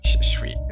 sweet